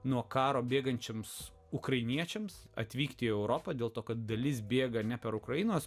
nuo karo bėgančioms ukrainiečiams atvykti į europą dėl to kad dalis bėga ne per ukrainos